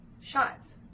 Shots